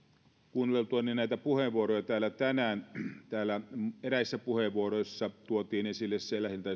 kuunneltuani näitä puheenvuoroja täällä tänään eräissä puheenvuoroissa tuotiin esille se lähinnä